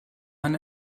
man